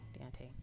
Dante